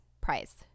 prize